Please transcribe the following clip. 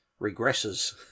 regresses